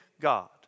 God